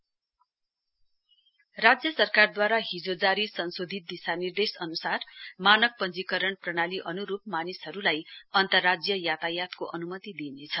revise guidelines राज्य सरकारद्वारा हिजो जारी संशोधित दिशानिर्देश अनुसार मानक पंजीकरण प्रणाली अनुरूप मानिसहरूलाई अन्तर्राज्य यातायातको अनुमति दिइनेछ